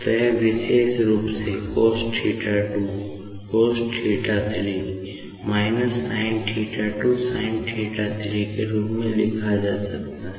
तो यह विशेष रूप से cosθ 2 cosθ 3 sinθ 2 sinθ3 के रूप में लिखा जा सकता है